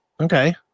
Okay